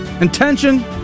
intention